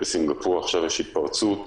בסינגפור יש עכשיו התפרצות,